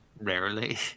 rarely